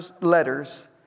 letters